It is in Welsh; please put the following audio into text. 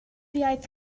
iaith